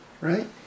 Right